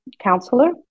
counselor